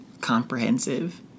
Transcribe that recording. comprehensive